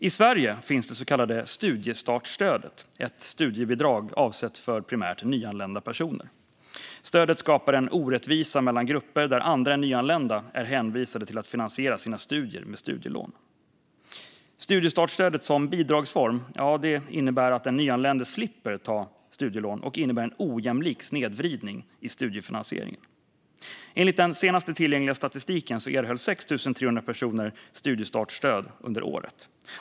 I Sverige finns det så kallade studiestartsstödet, ett studiebidrag avsett för primärt nyanlända personer. Stödet skapar en orättvisa mellan grupper där andra än nyanlända är hänvisade till att finansiera sina studier med studielån. Studiestartsstödet som bidragsform innebär att den nyanlände slipper ta studielån, vilket innebär en ojämlik snedvridning i studiefinansieringen. Enligt den senaste tillgängliga statistiken erhöll 6 300 personer studiestartsstöd under året.